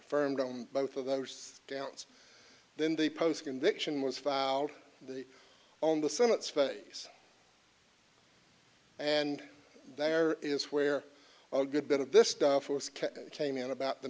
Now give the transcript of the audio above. firm down both of those doubts then the post conviction was filed the on the senate's face and there is where a good bit of this stuff came in about the